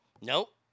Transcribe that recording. Nope